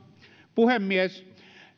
puhemies